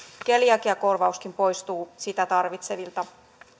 keliakiakorvauskin poistuu sitä tarvitsevilta